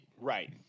Right